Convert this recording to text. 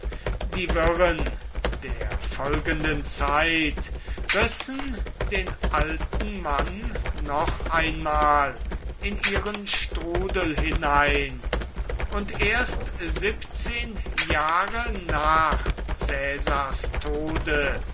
die wirren der folgenden zeit rissen den alten mann noch einmal in ihren strudel hinein und erst siebzehn jahre nach caesars tode